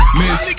miss